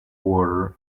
water